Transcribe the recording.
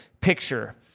picture